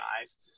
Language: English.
eyes